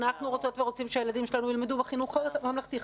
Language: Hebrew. אנחנו רוצות ורוצים שהילדים שלנו ילמדו בחינוך הממלכתי-חרדי,